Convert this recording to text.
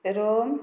Rome